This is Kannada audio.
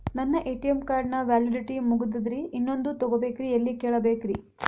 ನನ್ನ ಎ.ಟಿ.ಎಂ ಕಾರ್ಡ್ ನ ವ್ಯಾಲಿಡಿಟಿ ಮುಗದದ್ರಿ ಇನ್ನೊಂದು ತೊಗೊಬೇಕ್ರಿ ಎಲ್ಲಿ ಕೇಳಬೇಕ್ರಿ?